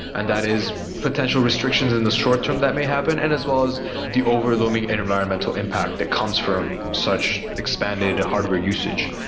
and that is potential restrictions in the short-term that may happen and as well as the over-looming environmental impact that comes from such expanded hardware usage.